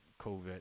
COVID